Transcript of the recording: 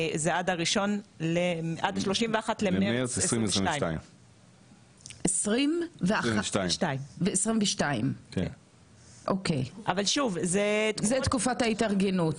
זה עד ה-31 למרץ 2022. זה תקופת ההתארגנות?